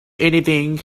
anything